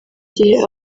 gihe